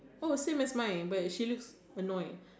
oh same as mine but she looks annoyed